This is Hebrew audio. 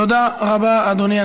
תודה רבה, אדוני.